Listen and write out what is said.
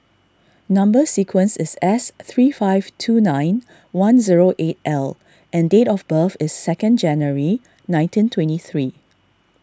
Number Sequence is S three five two nine one zero eight L and date of birth is second January nineteen twenty three